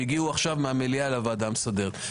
שהגיעו עכשיו מהמליאה לוועדה המסדרת.